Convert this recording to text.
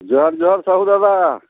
ଜୁହାର ଜୁହାର ସାହୁ ଦାଦା